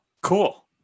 cool